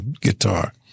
guitar